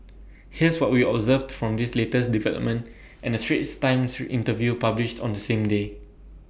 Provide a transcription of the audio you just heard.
here's for what we observed from this latest development and A straits times interview published on the same day